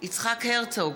יצחק הרצוג,